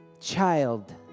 Child